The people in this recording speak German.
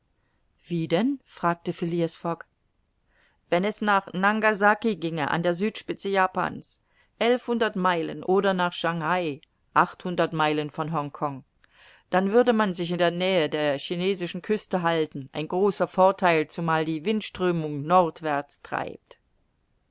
wie denn fragte phileas fogg wenn es nach nangasaki ginge an der südspitze japans elfhundert meilen oder nach schangai achthundert meilen von hongkong dann würde man sich in der nähe der chinesischen küste halten ein großer vortheil zumal da die windströmung nordwärts treibt